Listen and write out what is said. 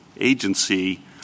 agency